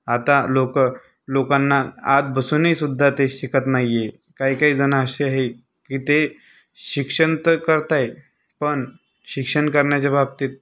आता लोकं लोकांना आत बसूनही सुद्धा ते शिकत नाही आहे काही काहीजण असे आहे की ते शिक्षण तर करत आहे पण शिक्षण करण्याच्या बाबतीत